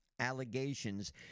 Allegations